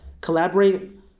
collaborate